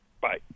Bye